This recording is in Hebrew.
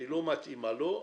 שלא מתאימה לו,